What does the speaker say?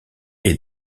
est